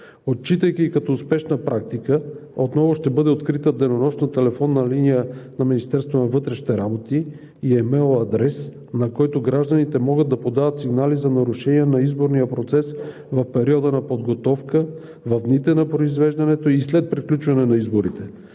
Отчитайки като успешна практика, отново ще бъде открита денонощна телефонна линия на Министерството на вътрешните работи и имейл адрес, на който гражданите могат да подават сигнали за нарушение на изборния процес в периода на подготовка, в дните на произвеждането и след приключване на изборите.